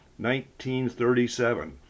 1937